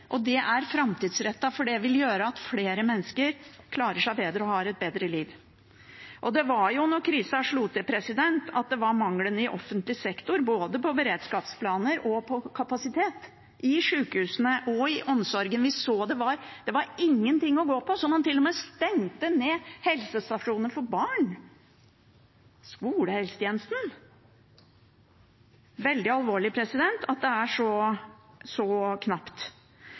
og det er framtidsrettet, for det vil gjøre at flere mennesker klarer seg bedre og har et bedre liv. Det var da krisen slo til, at vi så manglene i offentlig sektor på både beredskapsplaner og kapasitet i sykehusene og omsorgen – det var ingenting å gå på. Man stengte til og med ned helsestasjoner for barn, skolehelsetjenesten. Det er veldig alvorlig at det er så knapt.